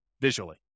visually